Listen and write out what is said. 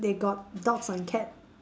they got dogs and cat